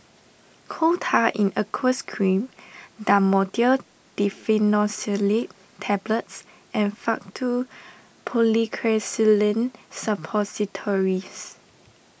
Coal Tar in Aqueous Cream Dhamotil Diphenoxylate Tablets and Faktu Policresulen Suppositories